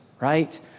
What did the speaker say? right